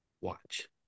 Watch